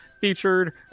featured